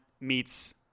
meets